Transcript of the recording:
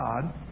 God